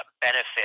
benefit